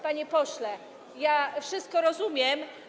Panie pośle, wszystko rozumiem.